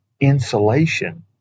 insulation